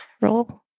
Roll